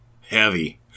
heavy